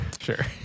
sure